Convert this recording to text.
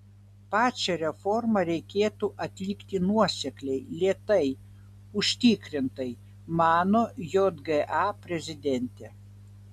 pačią reformą reikėtų atlikti nuosekliai lėtai užtikrintai mano jga prezidentė